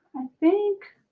think